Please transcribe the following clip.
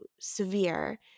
severe